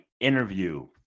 interview